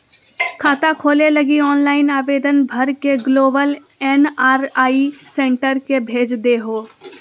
खाता खोले लगी ऑनलाइन आवेदन भर के ग्लोबल एन.आर.आई सेंटर के भेज देहो